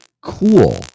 cool